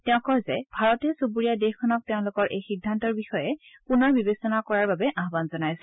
তেওঁ কয় যে ভাৰতে চুবুৰীয়া দেশখনক তেওঁলোকৰ এই সিদ্ধান্তৰ বিষয়ে পুনৰ বিবেচনা কৰাৰ বাবে আহান জনাইছে